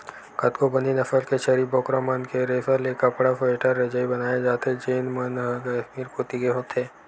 कतको बने नसल के छेरी बोकरा मन के रेसा ले कपड़ा, स्वेटर, रजई बनाए जाथे जेन मन ह कस्मीर कोती के होथे